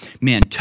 man